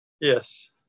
Yes